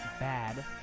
bad